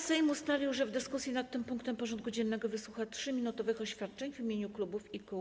Sejm ustalił, że w dyskusji nad tym punktem porządku dziennego wysłucha 3-minutowych oświadczeń w imieniu klubów i kół.